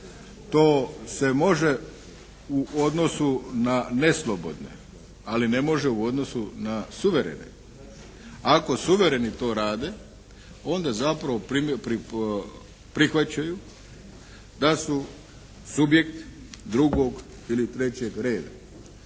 to se može u odnosu na neslobodne, ali ne može u odnosu na suverene. Ako suvereni to rade onda zapravo prihvaćaju da su subjekt drugog ili trećeg reda.